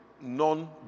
non